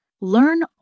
Learn